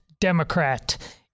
Democrat